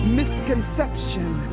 misconception